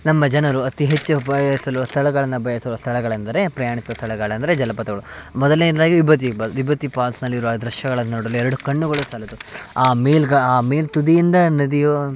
ನಮ್ಮ ಜನರು ಅತೀ ಹೆಚ್ಚು ಬಯಸಲಿವ ಸ್ಥಳಗಳನ್ನ ಬಯಸುವ ಸ್ಥಳಗಳೆಂದರೆ ಪ್ರಯಾಣಿಸುವ ಸ್ಥಳಗಳೆಂದರೆ ಜಲಪಾತಗಳು ಮೊದಲನೇಯದಾಗಿ ವಿಭೂತಿ ಇಬಾಗ್ ವಿಭೂತಿ ಪಾಲ್ಸ್ನಲ್ಲಿರುವ ಆ ದೃಶ್ಯಗಳನ್ನು ನೋಡಲು ಎರಡು ಕಣ್ಣುಗಳು ಸಾಲದು ಆ ಮೇಲೆ ಗ ಆ ಮೇಲೆ ತುದಿಯಿಂದ ನದಿಯು